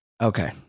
Okay